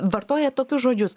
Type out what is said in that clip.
vartojat tokius žodžius